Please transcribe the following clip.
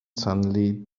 suddenly